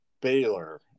Baylor